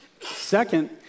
Second